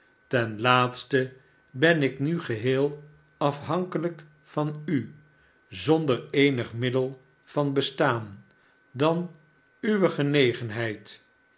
ten laatste ben ik nu geheel afhankelijk van u zonder eenig middel van bestaan dan uwe genegenheid